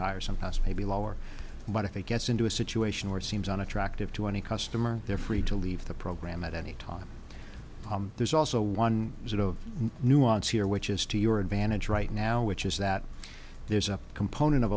higher some cost maybe lower but if it gets into a situation where it seems unattractive to any customer they're free to leave the program at any there's also one sort of nuance here which is to your advantage right now which is that there's a component of